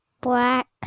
black